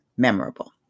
memorable